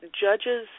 judges –